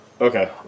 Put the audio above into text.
Okay